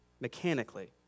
mechanically